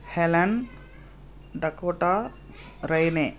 Helen Dakota Rayne